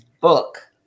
book